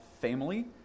family